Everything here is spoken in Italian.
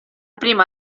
prima